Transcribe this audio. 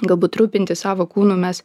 galbūt rūpintis savo kūnu mes